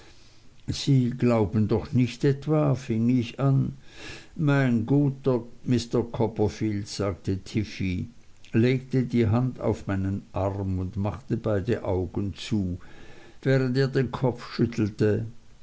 sie glauben doch nicht etwa fing ich an mein guter mr copperfield sagte tiffey legte die hand auf meinen arm und machte beide augen zu während er den kopf schüttelte